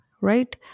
right